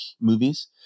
movies